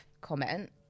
comment